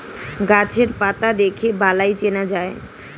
গাছের পাতা দেখে বালাই চেনা যায়